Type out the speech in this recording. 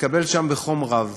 התקבל שם בחום רב.